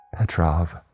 Petrov